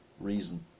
reason